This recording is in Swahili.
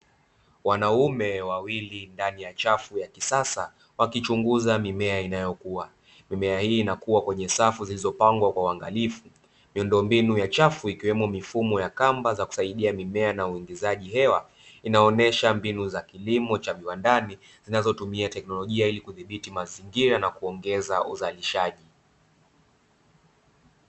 Wanaume wawili ndani ya chafu ya kisasa wakichunguza mimea inayokua. Mimea hii inakua kwenye safu zilizopangwa kwa uangalifu. Miundombinu ya chafu ikiwemo mifumo ya kamba za kusaidia mimea na uingizaji hewa, inaonyesha mbinu za kilimo cha viwandani zinazotumia teknolojia hii kudhibiti mazingira na kuongeza uzalishaji.